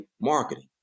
marketing